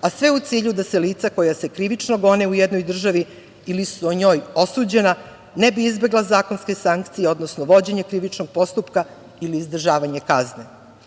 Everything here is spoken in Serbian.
a sve u cilju da lica koja se krivično gone u jednoj državi ili su u njoj osuđena ne bi izbegla zakonske sankcije, odnosno vođenje krivičnog postupka ili izdržavanje kazne. Ovi